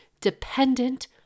dependent